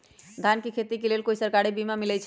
धान के खेती के लेल कोइ सरकारी बीमा मलैछई?